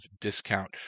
discount